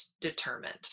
determined